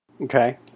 Okay